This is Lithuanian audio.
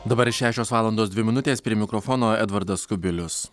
dabar šešios valandos dvi minutės prie mikrofono edvardas kubilius